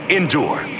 endure